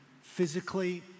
physically